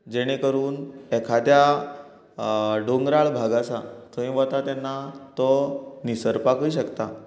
जेणें करून एखाद्या दोंगराळ भाग आसा थंय वता तेन्ना तो निसरपाकय शक्ता